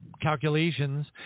calculations